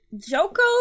joko